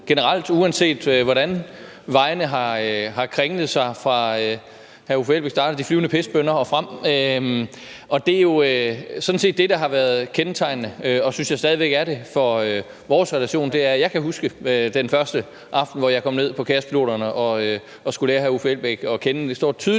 uanset hvordan vejene har kringlet sig, fra hr. Uffe Elbæk startede De Flyvende Pisbønner og frem. Det er jo sådan set det, der har været kendetegnende og stadig væk er det, synes jeg, for vores relation. Jeg kan huske den første aften, hvor jeg kom ned til KaosPiloterne og skulle lære hr. Uffe Elbæk at kende. Det står tydeligt